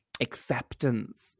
acceptance